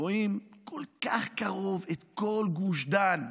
רואים כל כך קרוב את כל גוש דן,